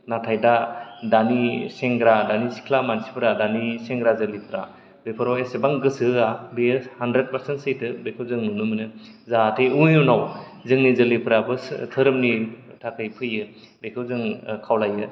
नाथाय दा दानि सेंग्रा दानि सिख्ला मानसिफोरा दानि सेंग्रा जोलैफोरा बेफोराव एसेबां गोसो होवा बेयो हानड्रेड पारसेन्ट सैथो बेखौ जों नुनो मोनो जाहाथे इयुनाव जोंनि जोलैफोराबो धोरोमनि थाखै फैयो बेखौ जों खावलायो